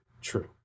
true